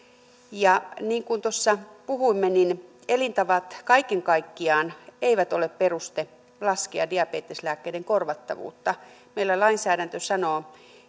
niin kuin puhuimme niin elintavat kaiken kaikkiaan eivät ole peruste laskea diabeteslääkkeiden korvattavuutta meillä lainsäädäntö sanoo